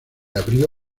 abrió